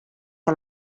que